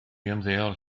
ymddeol